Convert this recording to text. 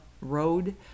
road